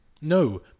no